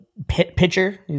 pitcher